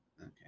Okay